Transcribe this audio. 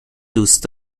دوست